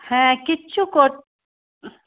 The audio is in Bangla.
হ্যাঁ কিচ্ছু কর